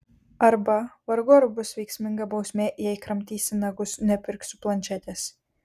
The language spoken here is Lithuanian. arba vargu ar bus veiksminga bausmė jei kramtysi nagus nepirksiu planšetės